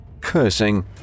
cursing